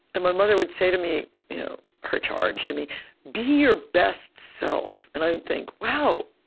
and my mother would say to me you know her charge to me be your best self. and i would think, wow,